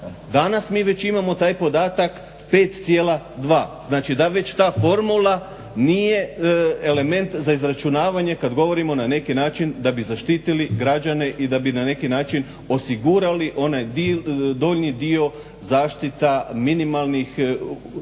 Danas mi već imamo taj podatak 5,2 znači da već ta formula nije element za izračunavanje kad govorimo na neki način da bi zaštitili građane i da bi na neki način osigurali onaj donji dio zaštita minimalnih standarda